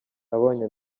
abonye